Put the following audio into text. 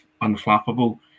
unflappable